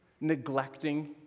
neglecting